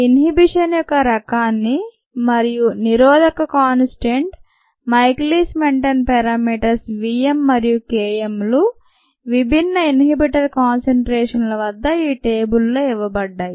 inhibition యొక్క రకాన్ని మరియు నిరోధక constant Michaelis Menten parameters V m మరియు K m లు విభిన్న ఇన్హిబిటర్ కాన్సంట్రేషన్ల వద్ద ఈ టేబుల్ లో ఇవ్వబడ్డాయి